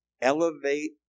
elevate